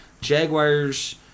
Jaguars